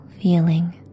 feeling